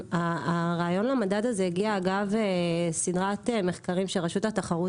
הרעיון למדד הזה הגיע אגב סדרת מחקרים שרשות התחרות